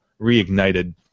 reignited